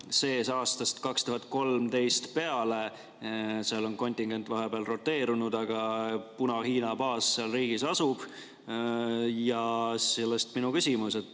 2013. aastast peale. Seal on kontingent vahepeal roteerunud, aga Puna-Hiina baas seal riigis asub. Sellest minu küsimus: